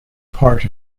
part